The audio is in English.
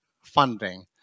funding